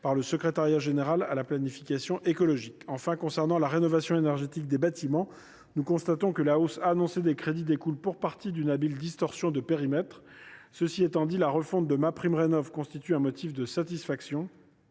par le secrétariat général à la planification écologique. Concernant la rénovation énergétique des bâtiments, nous constatons que la hausse annoncée des crédits découle pour partie d’une habile distorsion de périmètre. Cela étant, la refonte de MaPrimeRénov’ constitue un motif de satisfaction